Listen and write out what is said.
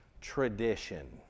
tradition